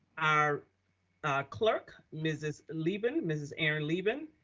our clerk, mrs. leben, mrs. erin leben,